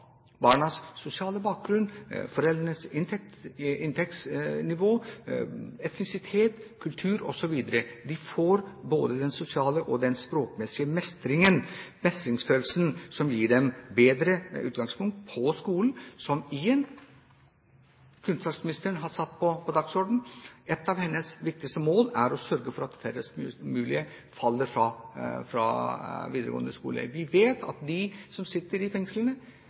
barnas sosiale bakgrunn, foreldrenes inntektsnivå, etnisitet, kultur osv. De får både den sosiale og den språkmessige mestringsfølelsen som gir dem et bedre utgangspunkt på skolen – som igjen kunnskapsministeren har satt på dagsordenen. Et av hennes viktigste mål er å sørge for at færrest mulig faller fra i videregående skole. Vi vet at de som sitter i fengslene,